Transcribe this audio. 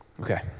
Okay